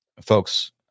Folks